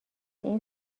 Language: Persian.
این